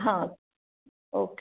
हां ओके